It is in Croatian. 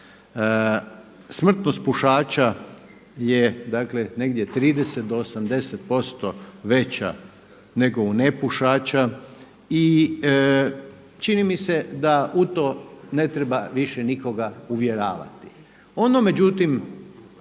Smrtnost pušača je, dakle negdje od 30 do 80% veća nego u nepušača. I čini mi se da u to ne treba više nikoga uvjeravati.